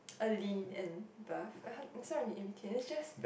a lean and buff like how it's somewhere in between it's just